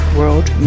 World